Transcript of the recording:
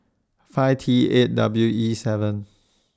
five T eight W E seven